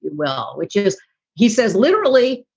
well, which is he says, literally,